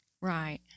right